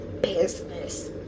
business